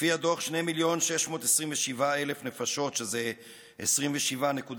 לפי הדוח, 2,627,000 נפשות, שזה 27.8%,